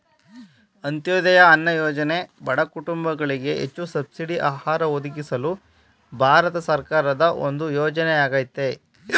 ಅಂತ್ಯೋದಯ ಅನ್ನ ಯೋಜನೆ ಬಡ ಕುಟುಂಬಗಳಿಗೆ ಹೆಚ್ಚು ಸಬ್ಸಿಡಿ ಆಹಾರ ಒದಗಿಸಲು ಭಾರತ ಸರ್ಕಾರದ ಯೋಜನೆಯಾಗಯ್ತೆ